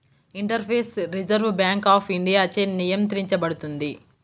interface reserve bank of ఇండియాచే నియంత్రించబడుతుంది